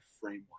framework